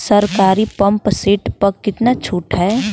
सरकारी pump set प कितना छूट हैं?